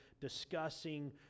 discussing